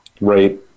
Right